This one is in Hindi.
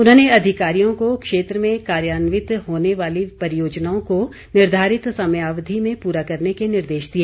उन्होंने अधिकारियों को क्षेत्र में कार्यान्वित होने वाली परियोजनाओं को निर्धारित समयावधि में पूरा करने के निर्देश दिए